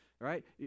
right